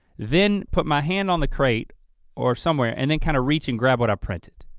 then put my hand on the crate or somewhere and then kinda reach and grab what i've printed.